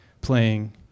playing